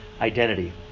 identity